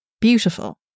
Beautiful